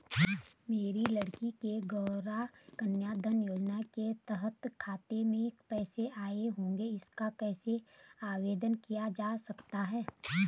मेरी लड़की के गौंरा कन्याधन योजना के तहत खाते में पैसे आए होंगे इसका कैसे आवेदन किया जा सकता है?